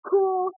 Cool